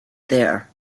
there